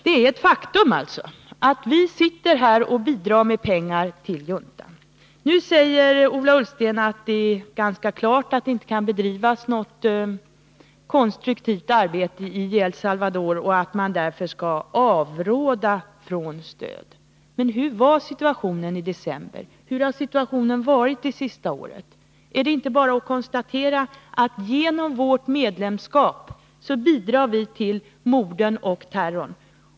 reaktion mot utvecklingen i El Det är ett faktum att vi bidrar med pengar till juntan. Ola Ullsten säger att det är ganska klart att det inte kan bedrivas något konstruktivt arbete i El Salvador och att vi där skall avråda från att stöd ges. Men hurdan var situationeh i december? Hurdan har situationen varit det senaste året? Är det inte bara att konstatera att genom vårt medlemskap bidrar vi till morden och terrorn?